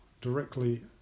directly